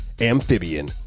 amphibian